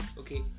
okay